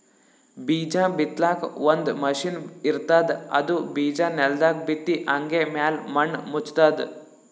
ಬೀಜಾ ಬಿತ್ತಲಾಕ್ ಒಂದ್ ಮಷಿನ್ ಇರ್ತದ್ ಅದು ಬಿಜಾ ನೆಲದಾಗ್ ಬಿತ್ತಿ ಹಂಗೆ ಮ್ಯಾಲ್ ಮಣ್ಣ್ ಮುಚ್ತದ್